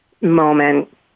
moment